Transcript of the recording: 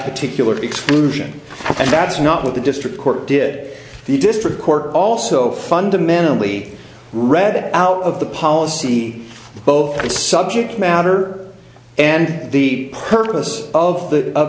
particular between vision and that's not what the district court did the district court also fundamentally read out of the policy both the subject matter and the purpose of the of